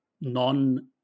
non